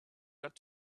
got